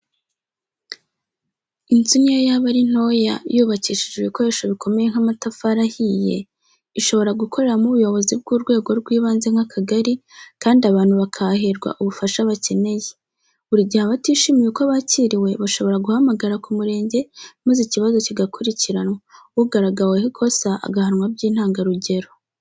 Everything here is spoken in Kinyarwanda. Inzu n'iyo yaba ari ntoya, yubakishije ibikoresho bikomeye nk'amatafari ahiye, ishobora gukoreramo ubuyobozi bw'urwego rw'ibanze nk'akagari kandi abantu bakahaherwa ubufasha bakeneye; buri gihe abatishimiye uko bakiriwe bashobora guhamagara ku murenge maze ikibazo kigakurikiranwa, ugaragaweho ikosa agahanwa by'intangarugero.